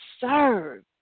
serve